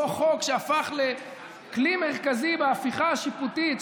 אותו חוק שהפך לכלי מרכזי בהפיכה השיפוטית,